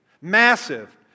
massive